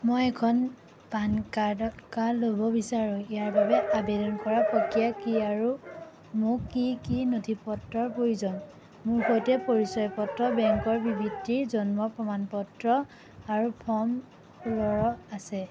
মই এখন পান কাৰ্ডৰ কাৰ্ড ল'ব বিচাৰোঁ ইয়াৰ বাবে আবেদন কৰাৰ প্ৰক্ৰিয়া কি আৰু মোক কি কি নথিপত্ৰৰ প্ৰয়োজন মোৰ সৈতে পৰিচয় পত্ৰ বেংকৰ বিবৃতি জন্ম প্ৰমাণপত্ৰ আৰু ফৰ্ম ষোল্লৰ আছে